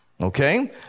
Okay